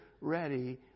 ready